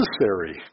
necessary